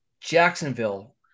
Jacksonville